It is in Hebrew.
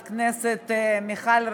חברת הכנסת מיכל רוזין,